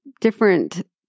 different